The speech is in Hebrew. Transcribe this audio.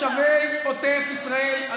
לא עטף עזה, תושבי עוטף ישראל.